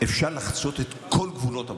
אפשר לחצות את כל גבולות הבושה?